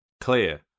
clear